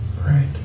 Right